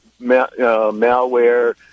malware